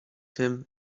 him